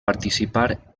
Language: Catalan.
participar